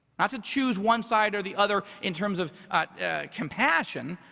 not to choose one side or the other in terms of compassion,